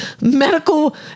medical